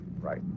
right